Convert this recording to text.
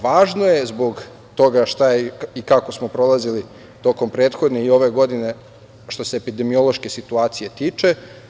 Važno je zbog toga kako smo prolazili tokom prethodne i ove godine što se epidemiološke situacije tiče.